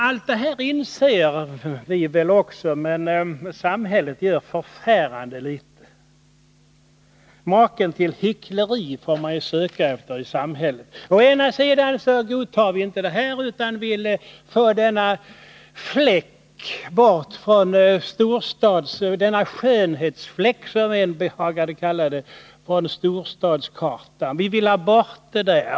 Allt detta inser vi väl också, men samhället gör förfärande litet för att råda bot på det. Maken till hyckleri får man söka efter i samhället. Å andra sidan godtar vi inte den här fläcken — denna skönhetsfläck, som en behagade kalla det — utan vill få bort den från storstadskartan.